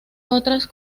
otras